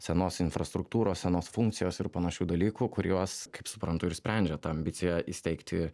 senos infrastruktūros senos funkcijos ir panašių dalykų kuriuos kaip suprantu ir sprendžia ta ambicija įsteigti